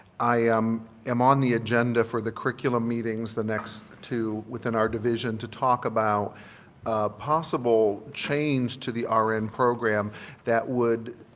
i am am on the agenda for the curriculum meetings the next to within are division to talk about possible change to the rn and program that would